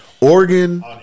Oregon